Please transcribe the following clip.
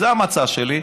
זה המצע שלי,